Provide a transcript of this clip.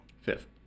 Fifth